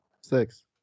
Six